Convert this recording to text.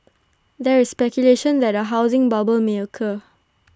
there is speculation that A housing bubble may occur